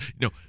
no